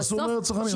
אז תעשו מרד צרכנים.